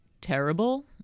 terrible